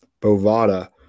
Bovada